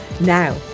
Now